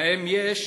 האם יש